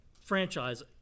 franchise